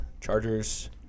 Chargers